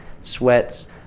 sweats